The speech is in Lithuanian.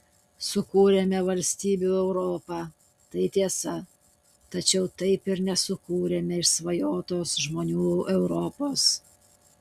sukūrėme valstybių europą tai tiesa tačiau taip ir nesukūrėme išsvajotos žmonių europos